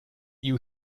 you